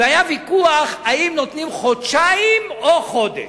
והיה ויכוח אם נותנים חודשיים או חודש.